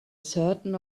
certain